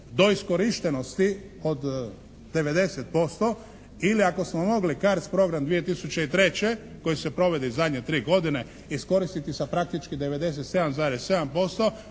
do iskorištenosti od 90% ili ako smo mogli CARDS program 2003. koji se provodi zadnje tri godine iskoristiti sa praktički 97,7%